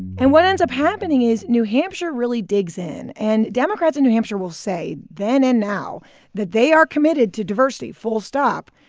and what ends up happening is new hampshire really digs in. and democrats in new hampshire will say then and now that they are committed to diversity, full stop.